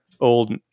old